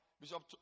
Bishop